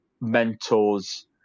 mentors